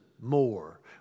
more